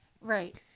Right